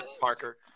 Parker